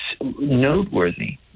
noteworthy